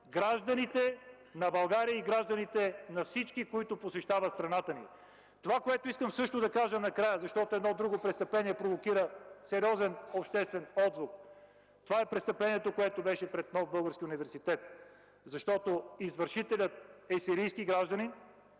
гражданите на България и гражданите, които посещават страната ни. Накрая искам да кажа, защото едно друго престъпление провокира сериозен обществен отзвук – това е престъплението, което беше пред Нов български университет. Извършителят е сирийски гражданин,